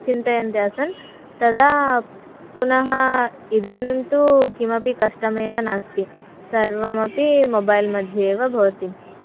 चिन्तयन्ती आसं तदा पुनः इदानीं तु किमपि कष्टमेव नास्ति सर्वमपि मोबैल् मध्ये एव भवति